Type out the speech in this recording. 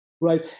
Right